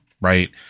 right